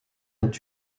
ont